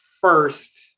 first